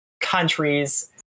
countries